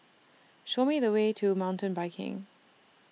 Show Me The Way to Mountain Biking